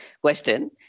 question